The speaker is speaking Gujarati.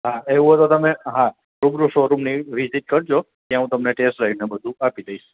હાં એવું હોય તો તમે હાં રૂબરૂ શોરૂમની વિઝિટ કરજો ત્યાં હું તમને ટેસ્ટ રાઈડ ને બધું આપી દઈશ